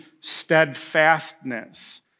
steadfastness